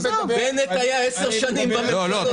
בנט היה עשר שנים בממשלות --- לא, לא.